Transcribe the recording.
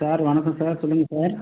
sir வணக்கம் sir சொல்லுங்கள் sir